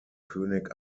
könig